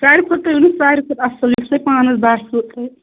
سارِوٕے کھۅتہٕ یُس سارِوٕے کھۅتہٕ اصٕل یُس تۄہہِ پانَس باسوٕ